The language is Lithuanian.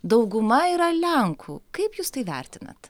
dauguma yra lenkų kaip jūs tai vertinat